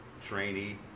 trainee